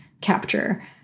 capture